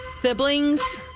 siblings